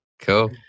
Cool